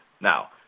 Now